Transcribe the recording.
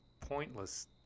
pointless